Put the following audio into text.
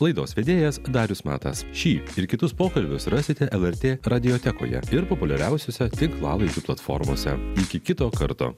laidos vedėjas darius matas šį ir kitus pokalbius rasite lrt radiotekoje ir populiariausiose tinklalaidžių platformose iki kito karto